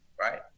right